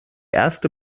erste